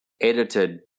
edited